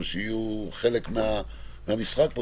ויהיו חלק מהמשחק הזה,